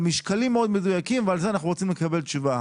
על משקלים מאוד מדויקים ועל זה אנחנו רוצים לקבל תשובה.